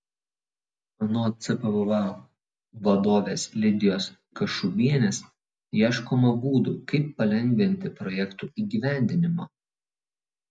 anot cpva vadovės lidijos kašubienės ieškoma būdų kaip palengvinti projektų įgyvendinimą